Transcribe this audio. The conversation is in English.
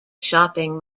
shopping